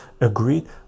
Agreed